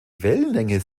wellenlänge